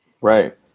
Right